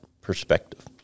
perspective